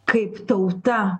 kaip tauta